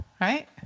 right